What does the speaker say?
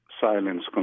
silence